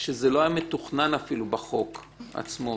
שזה לא היה מתוכנן בחוק עצמו,